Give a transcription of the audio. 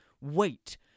wait